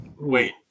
Wait